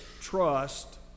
trust